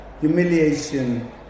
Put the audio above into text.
humiliation